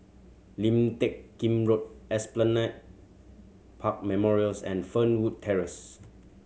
Lim Teck Kim Road Esplanade Park Memorials and Fernwood Terrace